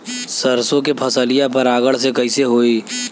सरसो के फसलिया परागण से कईसे होई?